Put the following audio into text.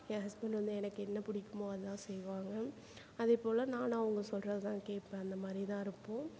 என் husband வந்து எனக்கு என்ன பிடிக்குமோ அதான் செய்வாங்க அதேபோல் நான் நான் அவங்க சொல்கிறது தான் கேட்பேன் அந்த மாதிரி தான் இருப்போம்